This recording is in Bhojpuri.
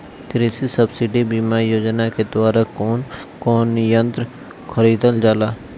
कृषि सब्सिडी बीमा योजना के द्वारा कौन कौन यंत्र खरीदल जाला?